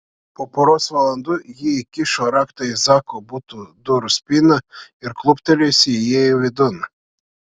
po poros valandų ji įkišo raktą į zako buto durų spyną ir kluptelėjusi įėjo vidun